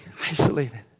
isolated